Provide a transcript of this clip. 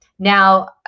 Now